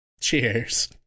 Cheers